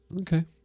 Okay